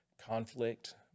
conflict